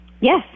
Yes